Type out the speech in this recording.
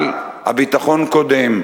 אבל הביטחון קודם.